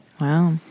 Wow